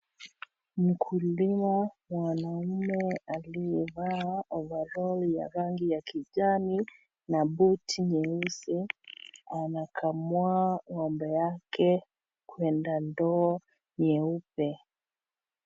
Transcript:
Mkulima mwanaume aliyevaa overall ya rangi ya kijani na buti nyeusi ana kamua ngombe yake kwenda ndoo nyeupe.